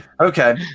Okay